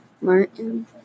Martin